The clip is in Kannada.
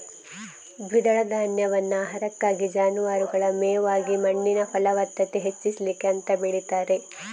ದ್ವಿದಳ ಧಾನ್ಯವನ್ನ ಆಹಾರಕ್ಕಾಗಿ, ಜಾನುವಾರುಗಳ ಮೇವಾಗಿ ಮಣ್ಣಿನ ಫಲವತ್ತತೆ ಹೆಚ್ಚಿಸ್ಲಿಕ್ಕೆ ಅಂತ ಬೆಳೀತಾರೆ